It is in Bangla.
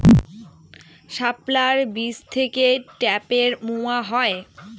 শাপলার বীজ থেকে ঢ্যাপের মোয়া হয়?